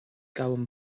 gabhaim